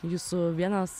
jūsų vienas